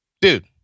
Dude